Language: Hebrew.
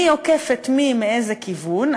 מי עוקף את מי מאיזה כיוון,